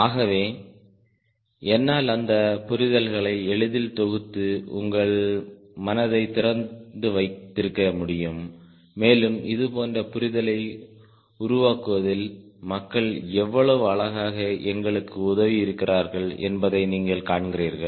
ஆகவே என்னால் அந்த புரிதல்களை எளிதில் தொகுத்து உங்கள் மனதைத் திறந்து வைத்திருக்க முடியும் மேலும் இதுபோன்ற புரிதலை உருவாக்குவதில் மக்கள் எவ்வளவு அழகாக எங்களுக்கு உதவியிருக்கிறார்கள் என்பதை நீங்கள் காண்கிறீர்கள்